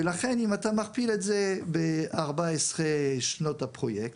אם אתה מכפיל את זה ב-14 שנות הפרויקט,